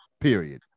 period